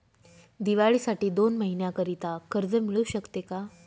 दिवाळीसाठी दोन महिन्याकरिता कर्ज मिळू शकते का?